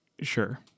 sure